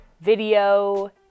Video